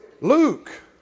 Luke